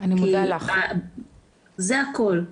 זה הכול.